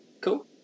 Cool